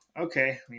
okay